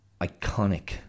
iconic